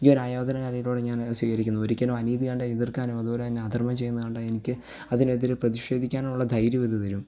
ഈ ഒരായോധനകലയിലൂടെ ഞാനത് സ്വീകരിക്കുന്നു ഒരിക്കലും അനീതി കണ്ടാൽ എതിർക്കാനും അതുപോലെ തന്നെ അധർമ്മം ചെയ്യുന്നതു കണ്ടാൽ എനിക്ക് അതിനെതിരെ പ്രതിഷേധിക്കാനുള്ള ധൈര്യം അതു തരും